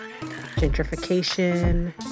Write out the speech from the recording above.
gentrification